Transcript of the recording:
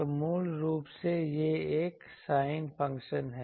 तो मूल रूप से यह एक sin फंक्शन है